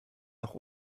noch